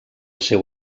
seu